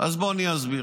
אז בואו, אני אסביר.